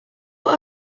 what